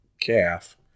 calf